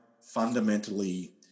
fundamentally